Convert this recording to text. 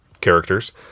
characters